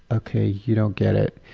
ok, you don't get it.